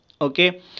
okay